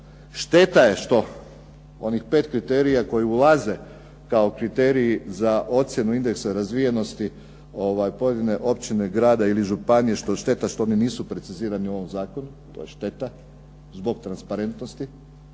Šteta je što onih 5 kriterija koji ulaze kao kriteriji za ocjenu indeksa razvijenosti određene općine, grada ili županije, šteta što oni nisu precizirani u ovom zakonu, to je šteta zbog transparentnosti.